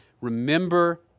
Remember